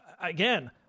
again